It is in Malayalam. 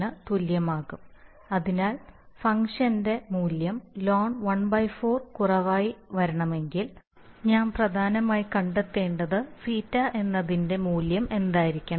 ഇത്തുല്യമാകും അതിനാൽ ഫംഗ്ഷന്റെ മൂല്യം ln 14 കാൾ കുറവായി ആയി വരണമെങ്കിൽ ഞാൻ പ്രധാനമായും കണ്ടെത്തേണ്ടത് ζ എന്നതിൻറെ മൂല്യം എന്തായിരിക്കണം